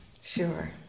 Sure